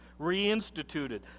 reinstituted